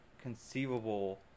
conceivable